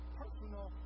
personal